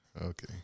Okay